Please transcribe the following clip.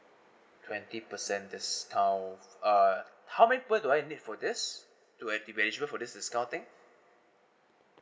twenty percent discount uh how many people do I need for this to actually make it sure for this discount things